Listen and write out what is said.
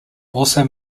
also